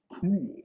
cool